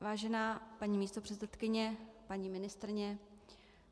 Vážená paní místopředsedkyně, paní ministryně,